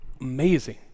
Amazing